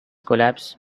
collapse